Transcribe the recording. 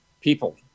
people